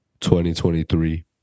2023